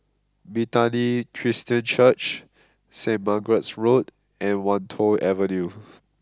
Bethany Christian Church Saint Margaret's Road and Wan Tho Avenue